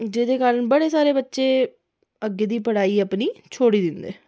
जेह्दे कारण बडे़ सारे बच्चे अग्गें दी पढ़ाई अपनी छोडी दिंदे